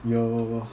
有